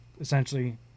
essentially